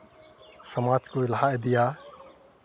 ᱟᱨ ᱥᱚᱢᱟᱡᱽ ᱠᱚ ᱞᱟᱦᱟ ᱤᱫᱤᱭᱟ